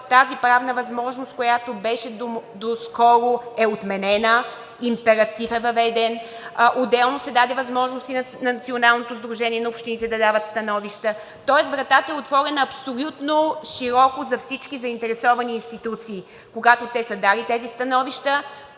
Тази правна възможност, която беше доскоро, е отменена, въведен е императив. Отделно се даде възможност на Националното сдружение на общините да дава становища – вратата е отворена абсолютно широко за всички заинтересовани институции. Когато са дали тези становища,